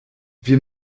wir